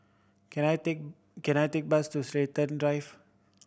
can I take can I take bus to Chiltern Drive